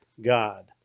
God